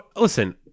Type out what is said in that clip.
listen